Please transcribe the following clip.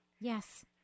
Yes